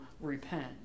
repent